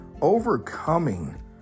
overcoming